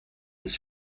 ist